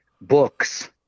books